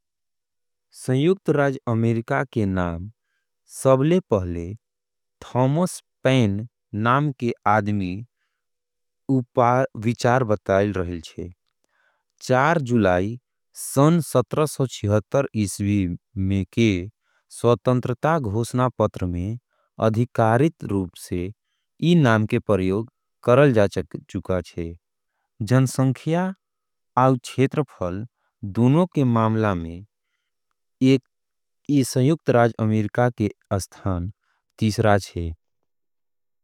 संयुक्त राज्य अमेरिका के नाम। थॉमस पेन नाम के आदमी ओकर। ऊपर विचार बतायल रहे छे। चार जुलाई सन सत्रह सौ चौहतर ईस्वी में। के स्वतंत्रता घोषणा पत्र में। ए नाम के प्रयोग करल जा चुके थे। जनसंख्या आऊ क्षेत्रफल के मामला में। संयुक्त राज्य अमेरिका के स्थान तीसरा छे।